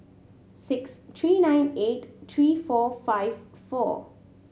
six three nine eight three four five four